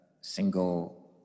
single